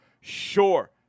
sure